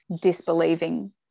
disbelieving